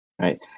right